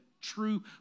true